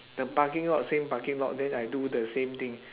the parking lot same parking lot then I do the same thing